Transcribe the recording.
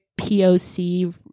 poc